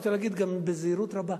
אני רוצה להגיד בזהירות רבה: